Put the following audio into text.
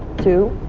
to?